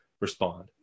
respond